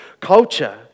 culture